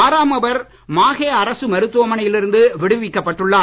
ஆறாமவர் மாஹே அரசு மருத்துவமனையில் இருந்து விடுவிக்கப் பட்டுள்ளார்